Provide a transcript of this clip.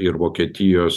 ir vokietijos